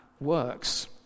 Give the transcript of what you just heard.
works